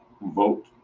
vote